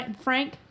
Frank